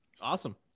Awesome